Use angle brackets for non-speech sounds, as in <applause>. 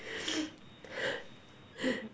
<laughs>